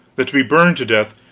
that to be burned to death,